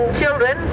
children